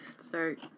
Start